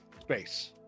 space